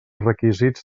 requisits